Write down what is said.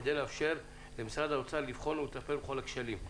כדי לאפשר למשרד האוצר לבחון ולטפל בכל הכשלים.